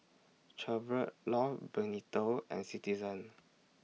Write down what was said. Chevrolet Love Bonito and Citizen